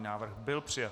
Návrh byl přijat.